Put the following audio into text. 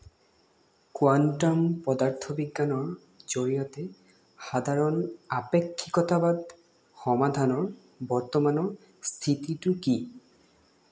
quantum পদাৰ্থবিজ্ঞানৰ জৰিয়তে সাধাৰণ আপেক্ষিকতাবাদ সমাধানৰ বৰ্তমানৰ স্থিতিটো কি